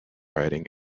riding